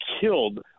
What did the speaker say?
killed